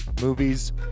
movies